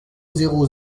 zéro